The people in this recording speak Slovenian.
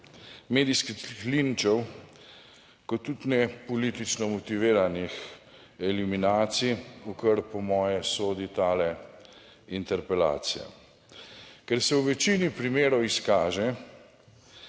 medijskih linčev kot tudi ne politično motiviranih eliminacij, kar po moje sodi ta interpelacija. Ker se v večini primerov izkaže,